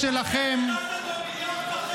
אתם נתתם לו מיליארד וחצי דולר.